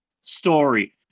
story